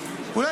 היום, תשחרר.